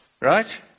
Right